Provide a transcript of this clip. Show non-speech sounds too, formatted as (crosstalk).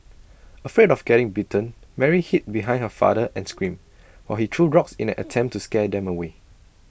(noise) afraid of getting bitten Mary hid behind her father and screamed while he threw rocks in an attempt to scare them away